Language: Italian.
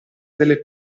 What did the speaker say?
delle